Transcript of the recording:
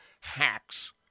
hacks